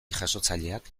jasotzaileak